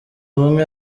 umwe